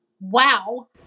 wow